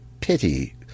pity